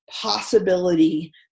possibility